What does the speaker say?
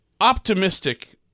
optimistic